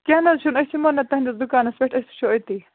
کیٚنٛہہ نہَ حظ چھُ أسۍ یِمو نا تُہٕنٛدِس دُکانس پٮ۪ٹھ أسۍ وُچھو أتی